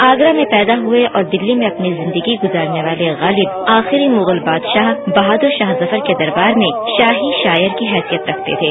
आगरा में पैदा हुए और दिल्ली में अपनी जिंदगी गुजारने वाले गालिब आखिरी मुगल बादशाह बहादुर शाह जफर के दरबार में शाही शायर की हैसियत रखते थे